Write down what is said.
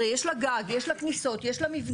הרי יש לה גג, יש לה כניסות, יש לה מבנה.